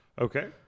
Okay